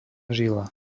žila